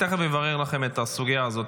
תכף אברר לכם את הסוגיה הזאת.